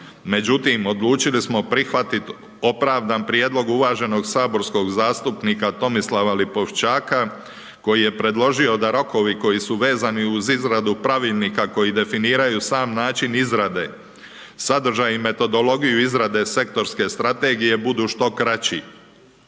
Međutim, odlučili smo prihvatit opravdan prijedlog uvaženog saborskog zastupnika Tomislava Lipoščaka koji je predložio da rokovi koji su vezani uz izradu pravilnika koji definiraju sam način izrade, sadržaj i metodologiju izrade sektorske strategije budu što kraći.